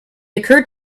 occurred